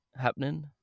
happening